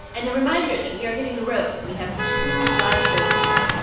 and a reminder that we are hitting the road. we have two live shows coming up,